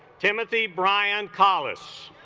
timothy bryan collis